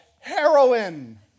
heroin